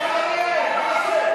להתבייש.